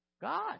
God